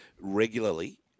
regularly